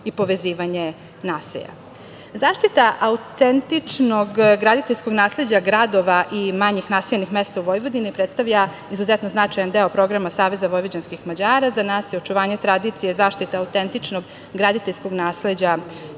i povezivanje naselja.Zaštita autentičnog graditeljskog nasleđa gradova i manje naseljenih mesta u Vojvodini predstavlja izuzetno značajan deo programa Saveza vojvođanskih Mađara. Za nas je očuvanje tradicije i zaštita autentičnog graditeljskog nasleđa